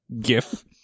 GIF